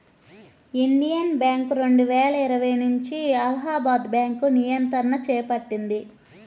Indian bank రెండువేల ఇరవై నుంచి అలహాబాద్ బ్యాంకు నియంత్రణను చేపట్టింది